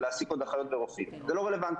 ולהעסיק עוד אחיות ורופאים זה לא רלבנטי.